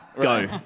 Go